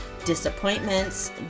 disappointments